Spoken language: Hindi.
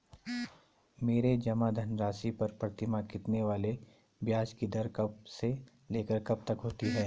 मेरे जमा धन राशि पर प्रतिमाह मिलने वाले ब्याज की दर कब से लेकर कब तक होती है?